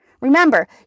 Remember